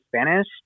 Spanish